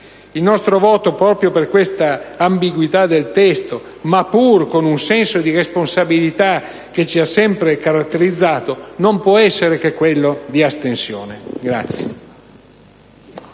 Il nostro voto, proprio per questa ambiguità del testo, ma pur con il senso responsabilità che ci ha sempre caratterizzato, non può essere che quello di astensione.